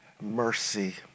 mercy